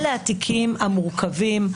אלה הם התיקים המורכבים,